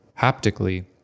haptically